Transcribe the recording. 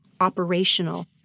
operational